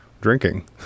drinking